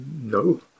No